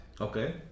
Okay